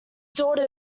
daughter